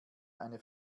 eine